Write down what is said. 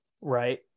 Right